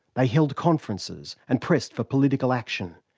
they held conferences and pressed for political action.